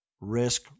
risk